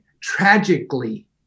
tragically